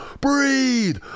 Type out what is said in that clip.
breathe